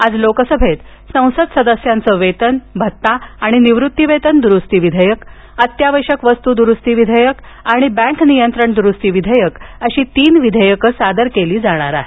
आज लोकसभेत संसद सदस्याचे वेतन भत्ता आणि निवृत्ती वेतन दुरुस्ती विधेयक अत्यावश्यक वस्तू दुरुस्ती विधेयक आणि बैंक नियंत्रण दुरुस्ती अशी तीन विधेयक सादर केली जाणार आहेत